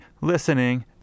listening